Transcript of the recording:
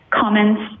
comments